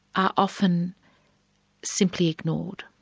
are often simply ignored.